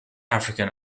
african